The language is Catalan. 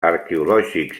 arqueològics